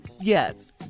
Yes